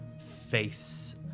face